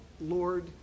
lord